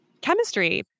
chemistry